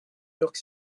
york